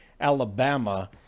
Alabama